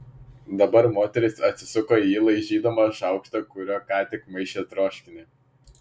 dabar moteris atsisuko į jį laižydama šaukštą kuriuo ką tik maišė troškinį